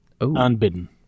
Unbidden